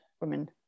women